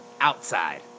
outside